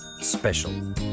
special